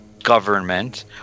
government